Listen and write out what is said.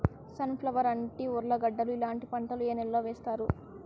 Sun flower, అంటి, ఉర్లగడ్డలు ఇలాంటి పంటలు ఏ నెలలో వేస్తారు?